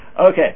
Okay